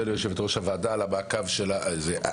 ליושבת ראש הוועדה על המעקב שלה על זה.